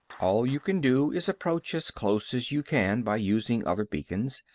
all you can do is approach as close as you can by using other beacons,